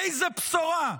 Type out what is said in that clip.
איזו בשורה?